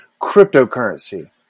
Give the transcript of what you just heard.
cryptocurrency